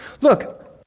Look